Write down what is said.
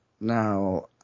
Now